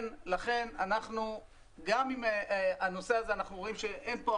לכן גם אם בנושא הזה אנחנו לא רואים תלונות